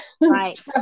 Right